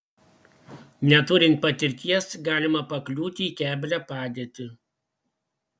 neturint patirties galima pakliūti į keblią padėtį